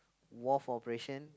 wharf operation